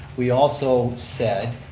we also said